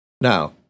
Now